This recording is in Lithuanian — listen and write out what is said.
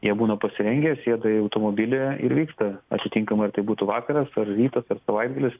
jie būna pasirengę sėda į automobilį ir vyksta atitinkamai ar tai būtų vakaras ar rytas ar savaitgalis